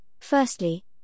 firstly